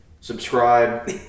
Subscribe